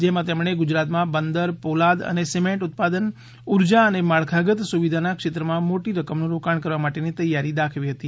જેમાં તેમણે ગુજરાતમાં બંદર પોલાદ અને સિમેન્ટ ઉત્પાદન ઉર્જા અને માળખાગત સુવિધા ના ક્ષેત્રમાં મોટી રકમનું રોકાણ કરવા માટેની તૈયારી દાખવી હતી